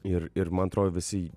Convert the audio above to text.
ir ir man atrodo visi